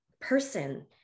person